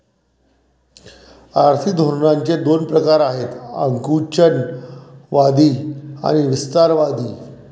आर्थिक धोरणांचे दोन प्रकार आहेत आकुंचनवादी आणि विस्तारवादी